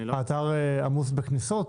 האתר עמוס בכניסות?